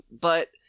but-